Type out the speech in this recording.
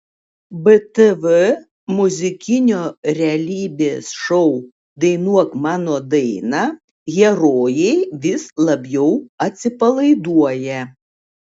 btv muzikinio realybės šou dainuok mano dainą herojai vis labiau atsipalaiduoja